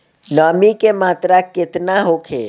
नमी के मात्रा केतना होखे?